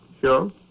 Sure